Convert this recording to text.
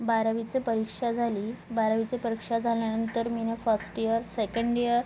बारावीचं परीक्षा झाली बारावीचं परीक्षा झाल्यानंतर मीनं फस्ट इयर सेकंड इयर